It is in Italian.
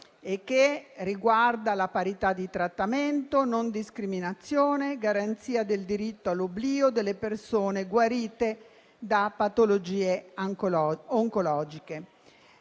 e riguarda la parità di trattamento, la non discriminazione e la garanzia del diritto all'oblio delle persone guarite da patologie oncologiche.